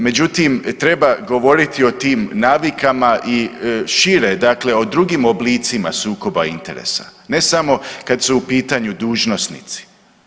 Međutim, treba govoriti o tim navikama i šire, dakle o drugim oblicima sukoba interesa ne samo kada su u pitanju dužnosnici.